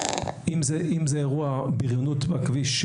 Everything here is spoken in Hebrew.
אם זה אירוע בריונות בכביש,